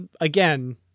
again